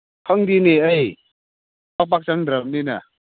ꯈꯪꯗꯤꯅꯦ ꯑꯩ ꯄꯥꯛ ꯄꯥꯛ ꯆꯪꯗ꯭ꯔꯝꯅꯤꯅ